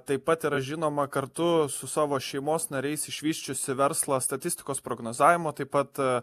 taip pat yra žinoma kartu su savo šeimos nariais išvysčiusi verslo statistikos prognozavimo taip pat